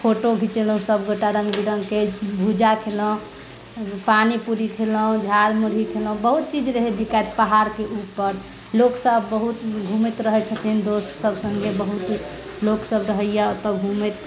photo घिचेलहुँ सब गोटा रङ्गबिरङ्गके भुज्जा खेलहुँ पानी पूरी खेलहुँ झाल मुरही खेलहुँ बहुत चीज रहै बिकैत पहाड़के ऊपर लोकसब बहुत घुमैत रहै छथिन दोस्तसब सङ्गे बहुत लोकसब रहैए तब घुमैत